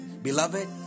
Beloved